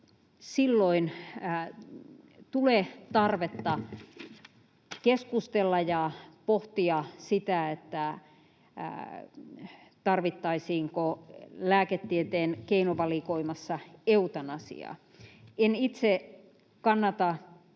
silloin tule tarvetta keskustella ja pohtia, tarvittaisiinko lääketieteen keinovalikoimassa eutanasiaa. En itse kannata